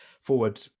forward